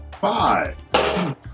Five